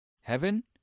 Heaven